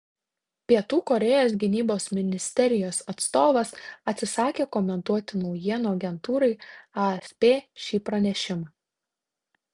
pietų korėjos gynybos ministerijos atstovas atsisakė komentuoti naujienų agentūrai afp šį pranešimą